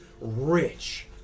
rich